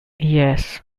yes